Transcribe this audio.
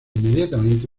inmediatamente